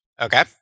Okay